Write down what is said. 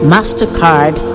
Mastercard